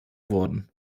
worden